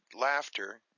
laughter